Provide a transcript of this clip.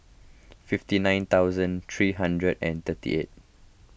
fifty nine thousand three hundred and thirty eight